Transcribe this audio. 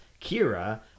Kira